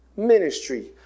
ministry